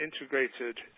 integrated